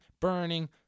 burning